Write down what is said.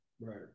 Right